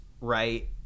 Right